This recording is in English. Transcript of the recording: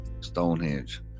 Stonehenge